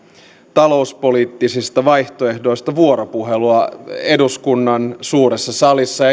talouspoliittisista vaihtoehdoista vuoropuhelua eduskunnan suuressa salissa